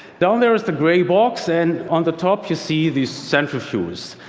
down there is the gray box, and on the top you see the centrifuges.